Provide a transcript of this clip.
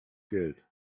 geld